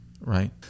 right